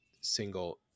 single